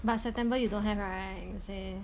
but september you don't have right you say